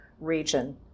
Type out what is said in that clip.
region